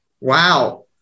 Wow